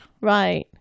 Right